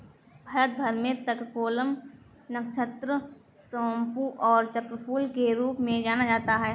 भारत भर में तककोलम, नक्षत्र सोमपू और चक्रफूल के रूप में जाना जाता है